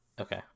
Okay